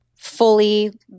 fully